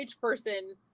person